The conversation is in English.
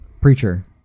preacher